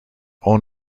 own